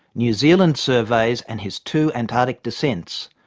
new zealand surveys and his two antarctic descents.